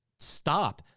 stop.